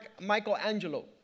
Michelangelo